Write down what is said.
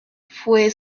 fue